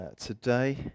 today